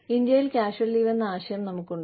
ഇന്ത്യയിൽ casual leave എന്ന ആശയം നമുക്കുണ്ട്